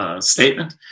Statement